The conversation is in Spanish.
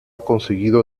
conseguido